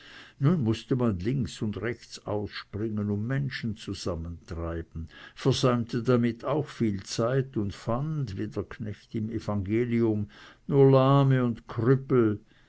nun mußte man links und rechts ausspringen um menschen zusammenzutreiben versäumte damit auch viel zeit und fand wie der knecht im evangelium nur lahme und krüppel